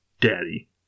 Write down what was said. Daddy